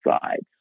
sides